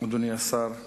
אדוני השר,